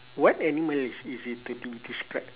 what animal is is it to be described